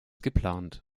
geplant